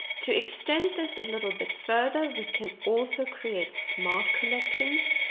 to extend this a little bit further, we can also create smart collections.